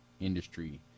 industry